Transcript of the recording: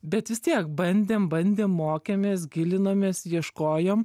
bet vis tiek bandėm bandėm mokėmės gilinomės ieškojom